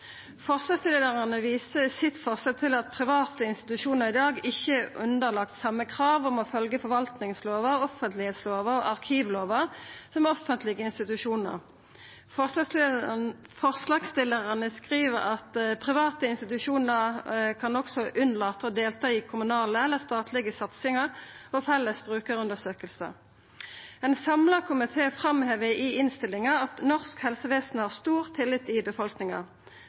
Forslagsstillarane viser i forslaget sitt til at private institusjonar i dag ikkje er underlagde same krav om å følgja forvaltingslova, offentleglova og arkivlova som offentlege institusjonar. Forslagsstillarane skriv: «Private institusjoner kan også unnlate å delta i kommunale eller statlige satsinger og felles brukerundersøkelser.» Ein samla komité framhevar i innstillinga at norsk helsevesen har stor tillit i befolkninga.